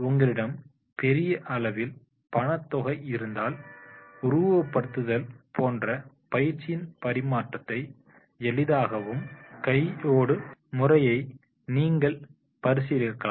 உங்களிடம் பெரிய அளவில் பணத் தொகை இருந்தால் உருவகப்படுத்துதல் போன்ற பயிற்சியின் பரிமாற்றத்தை எளிதாகும் கை போடும் முறையை நீங்கள் பரிசீலிக்கலாம்